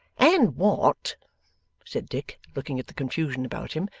and what said dick, looking at the confusion about him,